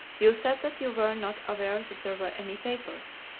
you said that you were not aware that there were any papers?